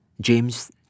James